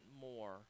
more